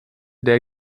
der